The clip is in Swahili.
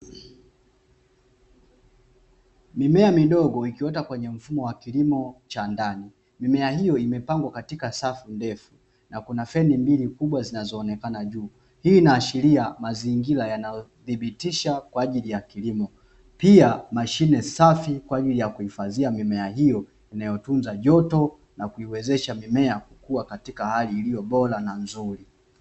Mimea midogo ikiota kwenye mfumo wa kilimo cha ndani, mimea hiyo imepangwa katika safu ndefu na kuna feni mbili kubwa zinazoonekana juu. Hii inaashiria mazingira yanayodhibitisha kwa ajili ya kilimo, pia mashine safi kwa ajili ya kuhifadhia mimea hiyo inayotunza joto na kuiwezesha mimea kukua katika hali iliyobora na nzuri.